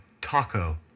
taco